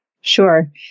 Sure